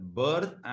birth